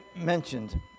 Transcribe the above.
mentioned